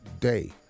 day